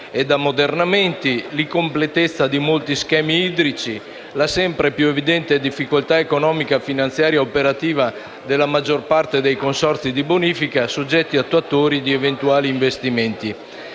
e ammodernamenti, l’incompletezza di molti schemi idrici, la sempre più evidente difficoltà economica, finanziaria e operativa della maggior parte dei consorzi di bonifica, soggetti attuatori di eventuali investimenti.